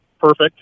perfect